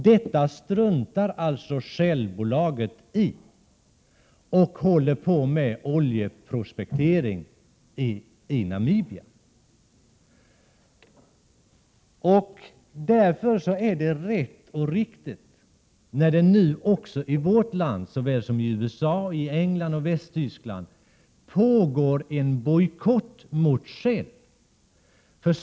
Shellbolaget struntar i detta dekret och håller på med oljeprospektering i Namibia. Därför är det rätt och riktigt att det nu såväl i vårt land som i USA, England och Västtyskland pågår en bojkott mot Shell.